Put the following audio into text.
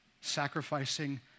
Sacrificing